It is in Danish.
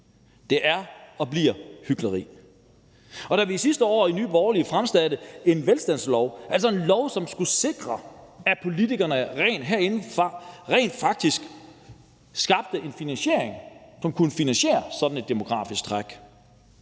Det er og bliver hykleri. Da Nye Borgerlige sidste år fremsatte et forslag om en velstandslov, altså en lov, der skulle sikre, at politikerne herinde rent faktisk skabte en finansiering, som kunne finansiere sådan et demografisk træk,